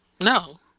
No